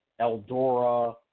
Eldora